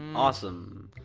awesome.